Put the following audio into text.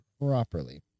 properly